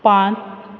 पांच